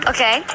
Okay